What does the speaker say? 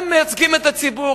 הם מייצגים את הציבור,